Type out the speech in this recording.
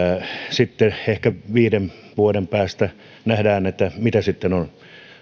sitten ehkä viiden vuoden päästä nähdään mitä sitten on